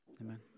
Amen